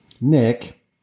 Nick